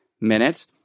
minutes